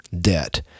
debt